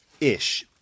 Ish